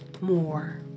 more